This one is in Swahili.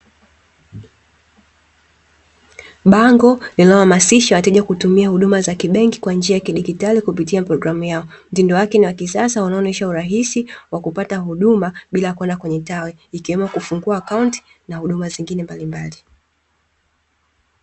Bango linalohamasisha wateja kutumia huduma za kibenki kwa njia ya kidijitali kupitia programu yao. Mtindo wake ni wa kisasa unaoonesha urahisi wa kupata huduma bila kwenda kwenye tawi, ikiwemo kufungua akaunti na huduma nyingine mbalimbali.